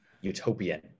utopian